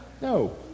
No